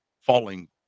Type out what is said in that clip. falling